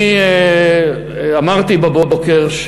אני אמרתי בבוקר,